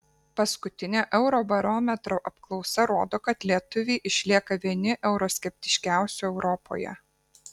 paskutinė eurobarometro apklausa rodo kad lietuviai išlieka vieni euroskeptiškiausių europoje